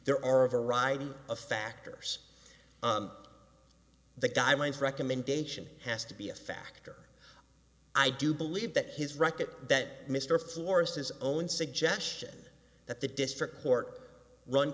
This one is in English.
there are a variety of factors the guidelines recommendation has to be a factor i do believe that he's right that that mr forrest his own suggestion that the district court run